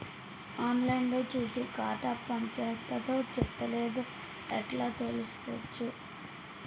On line లో చూసి ఖాతా పనిచేత్తందో చేత్తలేదో ఎట్లా తెలుత్తది?